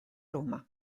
roma